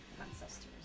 ancestors